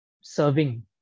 serving